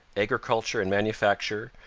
agriculture and manufacture,